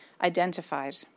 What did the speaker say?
identified